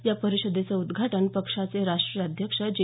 या परिषदेचं उद्घाटन पक्षाचे राष्ट्रीय अध्यक्ष जे